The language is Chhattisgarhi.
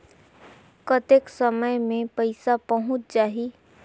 कतेक समय मे पइसा पहुंच जाही?